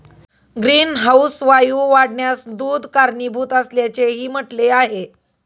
greenhouse वायू वाढण्यास दूध कारणीभूत असल्याचेही म्हटले आहे